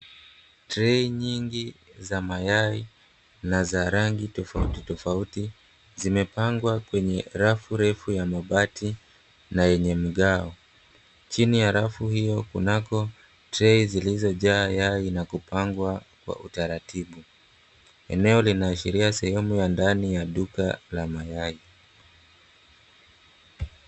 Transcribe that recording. Trei nyingi za mayai, na za rangi tofauti tofauti. Zimepangwa kwenye rafu refu ya mabati, na yenye mgao. Chini ya rafu hiyo kunako trei zilizojaa yai na kupangwa kwa utaratibu. Eneo linaashiria sehemu ya ndani ya duka la mayai.